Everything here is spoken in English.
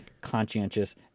conscientious